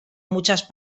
muchas